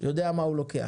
יודע מה הוא לוקח.